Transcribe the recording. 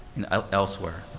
and elsewhere.